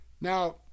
Now